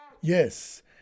Yes